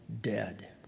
dead